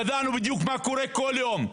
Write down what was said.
ידענו בדיוק מה קורה כל יום,